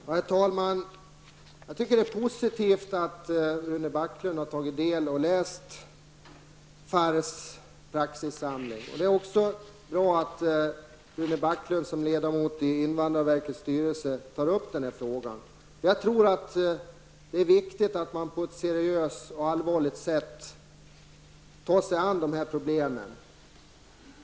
Herr talman! Jag tycker att det är positivt att Rune Backlund har tagit del av FARRs praxissamling. Det är också bra att Rune Backlund, som ledamot i invandrarverkets styrelse, tar upp frågan. Jag tror nämligen att det är viktigt att man på ett seriöst och allvarligt sätt tar sig an de här problemen.